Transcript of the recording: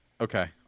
Okay